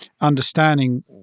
understanding